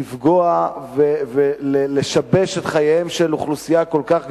לפגוע ולשבש את חייה של אוכלוסייה כל כך גדולה,